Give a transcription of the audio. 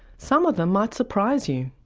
some of them might surprise you.